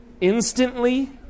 instantly